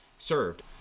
served